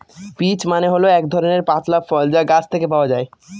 peach মানে হল এক ধরনের পাতলা ফল যা গাছ থেকে পাওয়া যায়